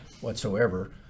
whatsoever